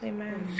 Amen